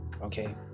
Okay